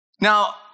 Now